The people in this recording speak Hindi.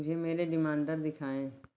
मुझे मेरे रिमाइंडर दिखाएँ